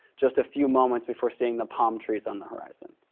just a few moments before seeing the palm trees on the horizon.